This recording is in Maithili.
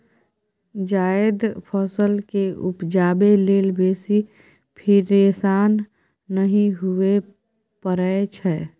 जायद फसल केँ उपजाबै लेल बेसी फिरेशान नहि हुअए परै छै